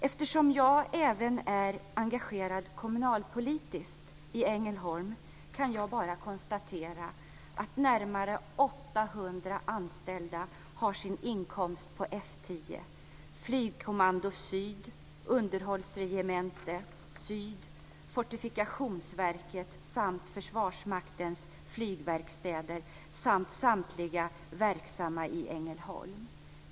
Eftersom jag även är engagerad kommunalpolitiskt i Ängelholm kan jag bara konstatera att närmare 800 anställda har sin inkomst på F 10, Flygkommando Syd, Underhållsregemente Syd, Fortifikationsverket samt Försvarsmaktens flygverkstäder - samtliga verksamma i Ängelholm.